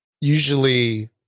usually